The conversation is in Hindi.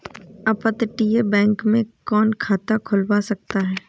अपतटीय बैंक में कौन खाता खुलवा सकता है?